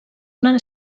una